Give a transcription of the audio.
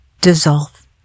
dissolve